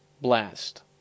Blast